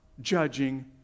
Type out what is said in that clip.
judging